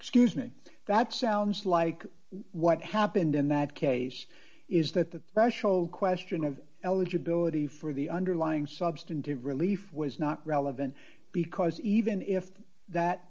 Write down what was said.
excuse me that sounds like what happened in that case is that the threshold question of eligibility for the underlying substantive relief was not relevant because even if that